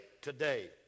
today